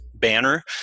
banner